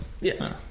Yes